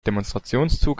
demonstrationszug